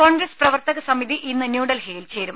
കോൺഗ്രസ് പ്രവർത്തക സമിതി ഇന്ന് ന്യൂഡൽഹിയിൽ ചേരും